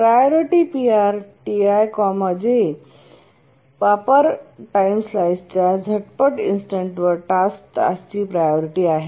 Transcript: priority Pr Ti j वापर time स्लाइसच्या झटपट इन्स्टंटवर टास्क टास्कची प्रायोरिटी आहे